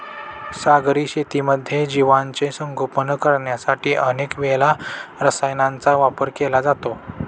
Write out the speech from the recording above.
सागरी शेतीमध्ये जीवांचे संगोपन करण्यासाठी अनेक वेळा रसायनांचा वापर केला जातो